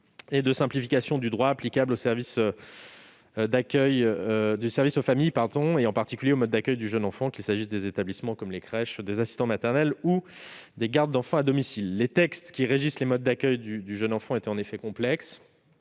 et de simplification du droit applicable aux services aux familles, en particulier aux modes d'accueil du jeune enfant, qu'il s'agisse des établissements comme les crèches, des assistants maternels ou des gardes d'enfants à domicile. Les textes qui régissent les modes d'accueil du jeune enfant étaient en effet complexes,